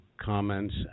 comments